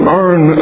earn